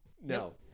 No